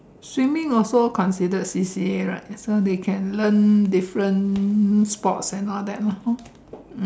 see me of all can see the C_C_A early can learn this friend sports on all by